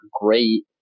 great